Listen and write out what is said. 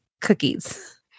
cookies